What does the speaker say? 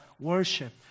worship